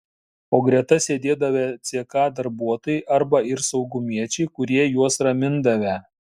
o greta sėdėdavę ck darbuotojai arba ir saugumiečiai kurie juos ramindavę